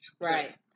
Right